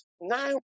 now